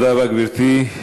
תודה רבה, גברתי.